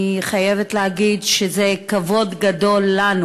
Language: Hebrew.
ואני חייבת להגיד שזה כבוד גדול לנו